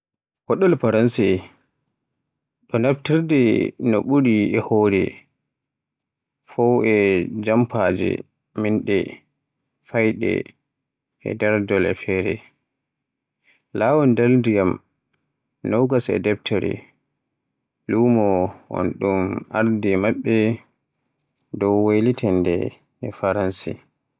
Koɗol Faranse ɗo naftirɗo no ɓuri e hoore fow e jamfaaji, minnde, fayde, darndol, e feere. Laawol nder ndiyam, nogas e deftere lumo on, ɗum arde maɓɓe dow waylitaade e Faranse.